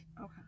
Okay